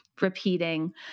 repeating